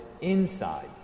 inside